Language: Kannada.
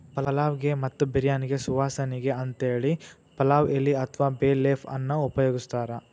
ಪಲಾವ್ ಗೆ ಮತ್ತ ಬಿರ್ಯಾನಿಗೆ ಸುವಾಸನಿಗೆ ಅಂತೇಳಿ ಪಲಾವ್ ಎಲಿ ಅತ್ವಾ ಬೇ ಲೇಫ್ ಅನ್ನ ಉಪಯೋಗಸ್ತಾರ